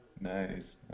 Nice